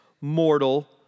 mortal